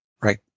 Right